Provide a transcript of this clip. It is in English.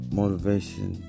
motivation